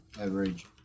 average